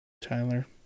Tyler